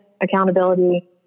accountability